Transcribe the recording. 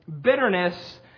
Bitterness